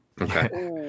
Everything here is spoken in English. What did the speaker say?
Okay